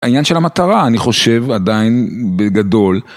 העניין של המטרה, אני חושב עדיין בגדול.